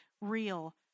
real